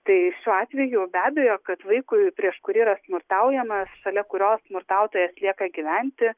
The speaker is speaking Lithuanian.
tai šiuo atveju be abejo kad vaikui prieš kurį yra smurtaujama šalia kurio smurtautojas lieka gyventi